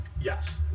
Yes